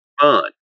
Fun